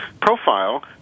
profile